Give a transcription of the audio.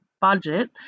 budget